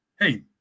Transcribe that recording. hey